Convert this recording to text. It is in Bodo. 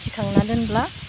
दिखांना दोनोब्ला